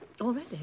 Already